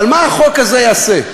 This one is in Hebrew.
אבל מה החוק הזה יעשה?